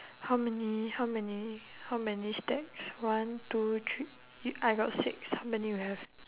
how many how many how many stacks one two three I got six how many you have